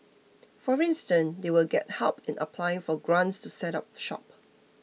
for instance they will get help in applying for grants to set up shop